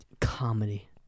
Comedy